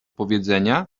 powiedzenia